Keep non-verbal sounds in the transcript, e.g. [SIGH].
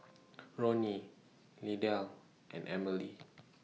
[NOISE] Ronny Lydell and Emilie